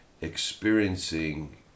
experiencing